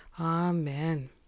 amen